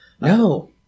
No